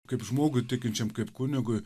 kaip žmogui tikinčiam kaip kunigui